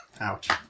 Ouch